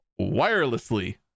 wirelessly